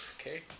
Okay